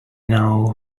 now